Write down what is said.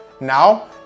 Now